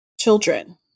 children